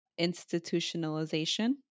institutionalization